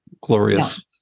glorious